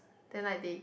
then like the